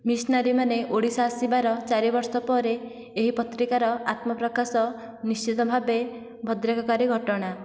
missionary ମାନେ ଓଡ଼ିଶା ଆସିବାର ଚାରିବର୍ଷ ପରେ ଏହି ପତ୍ରିକାର ଆତ୍ମ ପ୍ରକାଶ ନିଶ୍ଚିନ୍ତ ଭାବରେ ଭଦ୍ରେକକାରୀ ଘଟଣା